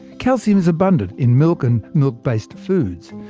calcium is abundant in milk and milk-based foods.